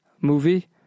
movie